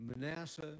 Manasseh